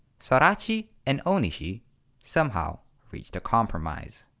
sorachi and onishi somehow reached a compromise.